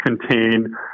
contain